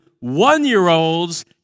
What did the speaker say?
One-year-olds